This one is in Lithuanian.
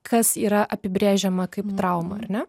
kas yra apibrėžiama kaip trauma ar ne